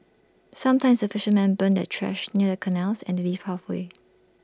sometimes the fishermen burn their trash near the canals and they leave halfway